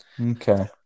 Okay